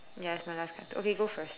ya it's my last card too okay go first